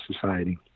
Society